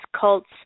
cults